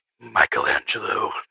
Michelangelo